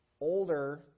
older